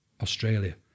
Australia